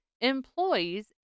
Employees